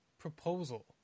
proposal